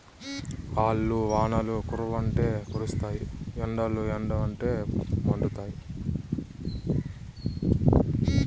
ఆల్లు వానలు కురవ్వంటే కురుస్తాయి ఎండలుండవంటే మండుతాయి